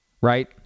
right